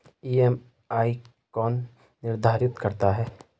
EMI कौन निर्धारित करता है?